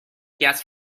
gets